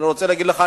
אני רוצה להגיד לך,